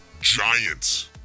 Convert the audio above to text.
Giants